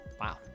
Wow